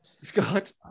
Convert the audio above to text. scott